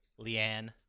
Leanne